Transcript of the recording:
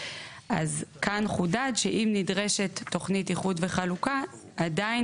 אז כאן חודד שאם נדרשת תוכנית איחוד וחלוקה עדיין